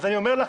אז אני אומר לך,